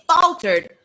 faltered